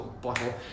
bottle